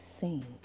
seen